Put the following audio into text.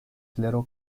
clero